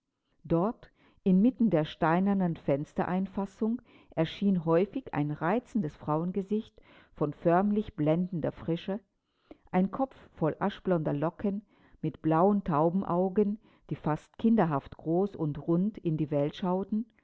dort inmitten der steinernen fenstereinfassung erschien häufig ein reizendes frauengesicht von förmlich blendender frische ein kopf voll aschblonder locken mit blauen taubenaugen die fast kinderhaft groß und rund in die welt schauten